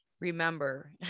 remember